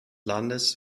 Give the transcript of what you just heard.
landes